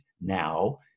now